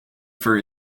for